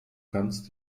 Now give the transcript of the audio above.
kannst